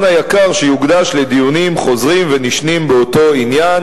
היקר שיוקדש לדיונים חוזרים ונשנים באותו עניין,